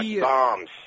bombs